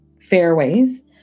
Fairways